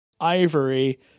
Ivory